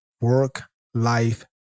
work-life